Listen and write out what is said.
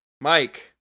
mike